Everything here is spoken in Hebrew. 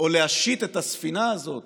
או להשיט את הספינה הזאת